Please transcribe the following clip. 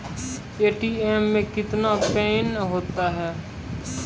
ATM मे कितने PIN होता हैं?